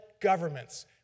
governments